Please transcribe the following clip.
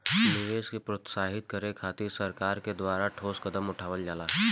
निवेश के प्रोत्साहित करे खातिर सरकार के द्वारा ठोस कदम उठावल जाता